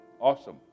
awesome